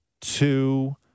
two